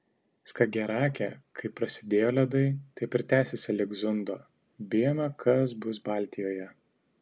skagerake kaip prasidėjo ledai taip ir tęsiasi lig zundo bijome kas bus baltijoje